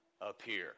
appear